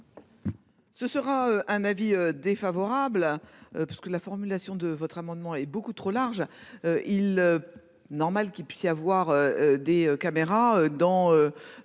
Ce sera un avis défavorable. Parce que la formulation de votre amendement est beaucoup trop large. Il est normal qu'il puisse y avoir des caméras dans.